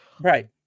Right